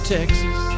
Texas